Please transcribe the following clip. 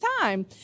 time